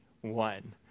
one